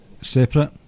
separate